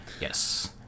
Yes